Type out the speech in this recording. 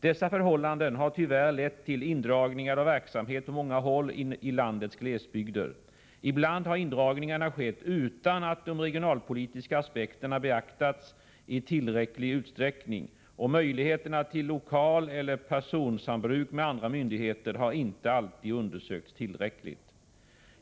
Dessa förhållanden har tyvärr lett till indragningar av verksamhet på många håll i landets glesbygder. Ibland har indragningarna skett utan att de regionalpolitiska aspekterna beaktats i tillräcklig utsträckning, och möjligheterna till lokaleller personalsambruk med andra myndigheter har inte alltid undersökts tillräckligt.